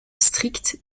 stricte